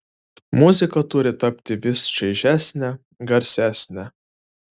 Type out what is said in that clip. muzika turi tapti vis čaižesnė garsesnė